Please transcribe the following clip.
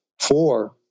four